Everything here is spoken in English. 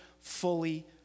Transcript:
fully